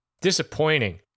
disappointing